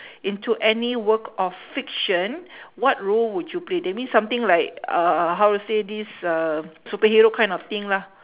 into any work of fiction what role would you play that means something like uh how to say this uh superhero kind of thing lah